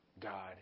God